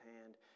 hand